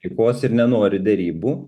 taikos ir nenori derybų